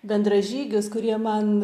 bendražygius kurie man